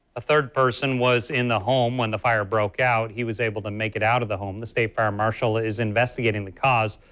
third person was in the home when the fire broke out, he was able to make it out of the home, the state fire marshall is investigating the cause,